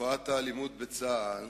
תופעת האלימות בצה"ל